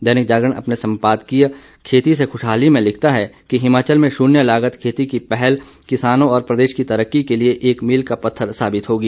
दैनिक जागरण अपने सम्पादकीय खेती से खुशहाली में लिखता है कि हिमाचल में शून्य लागत खेती की पहल किसानों और प्रदेश की तरक्की के लिए एक मील का पत्थर साबित होगी